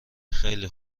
خیله